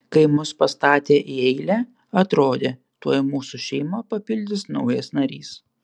kai mus pastatė į eilę atrodė tuoj mūsų šeimą papildys naujas narys